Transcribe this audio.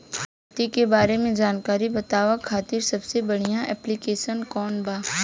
खेती के बारे में जानकारी बतावे खातिर सबसे बढ़िया ऐप्लिकेशन कौन बा?